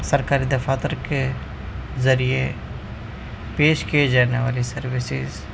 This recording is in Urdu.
سرکاری دفاتر کے ذریعے پیش کی جانے والی سروسز